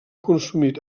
consumit